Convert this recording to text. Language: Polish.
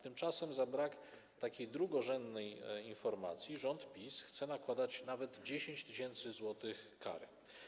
Tymczasem za brak takiej drugorzędnej informacji rząd PiS chce nakładać nawet 10 tys. zł kary.